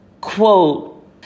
quote